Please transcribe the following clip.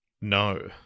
no